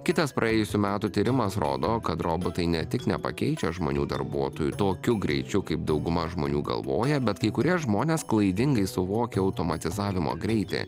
kitas praėjusių metų tyrimas rodo kad robotai ne tik nepakeičia žmonių darbuotojų tokiu greičiu kaip dauguma žmonių galvoja bet kai kurie žmonės klaidingai suvokia automatizavimo greitį